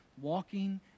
walking